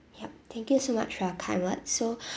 yup thank you so much for your kind words so